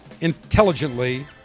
intelligently